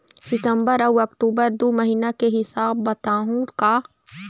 सितंबर अऊ अक्टूबर दू महीना के हिसाब बताहुं का?